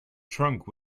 trunk